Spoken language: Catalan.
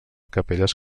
capelles